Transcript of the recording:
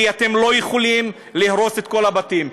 כי אתם לא יכולים להרוס את כל הבתים.